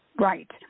Right